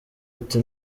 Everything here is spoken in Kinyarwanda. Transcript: uti